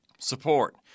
Support